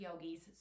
yogis